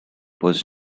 was